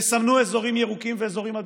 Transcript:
תסמנו אזורים ירוקים ואזורים אדומים.